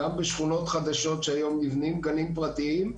גם בשכונות חדשות בהן היום נבנים גנים פרטיים.